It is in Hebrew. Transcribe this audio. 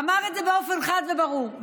אמר את זה באופן חד וברור.